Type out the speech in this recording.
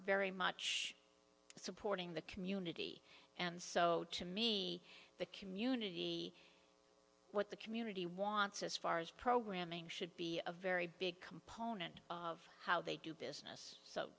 very much supporting the community and so to me the community what the community wants as far as programming should be a very big component of how they do business